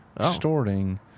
distorting